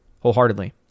wholeheartedly